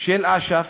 של אש"ף,